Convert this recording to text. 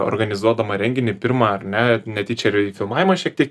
organizuodama renginį pirmą ar ne netyčia filmavimą šiek tiek